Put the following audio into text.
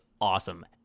awesome